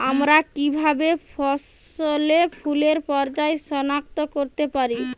আমরা কিভাবে ফসলে ফুলের পর্যায় সনাক্ত করতে পারি?